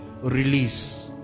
release